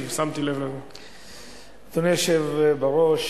אדוני היושב-ראש,